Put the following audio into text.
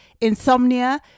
insomnia